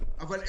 אנשי